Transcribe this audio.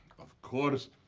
of course.